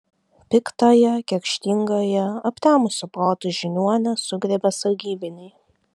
piktąją kerštingąją aptemusiu protu žiniuonę sugriebė sargybiniai